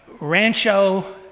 Rancho